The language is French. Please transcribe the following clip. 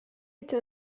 été